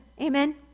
amen